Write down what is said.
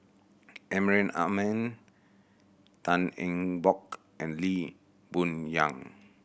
Amrin Amin Tan Eng Bock and Lee Boon Yang